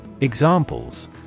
Examples